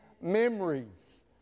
memories